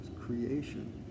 creation